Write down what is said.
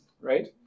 right